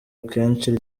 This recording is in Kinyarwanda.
akenshi